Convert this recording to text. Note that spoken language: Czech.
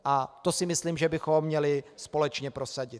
A to si myslím, že bychom měli společně prosadit.